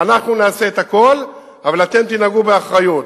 אנחנו נעשה את הכול, אבל אתם תנהגו באחריות.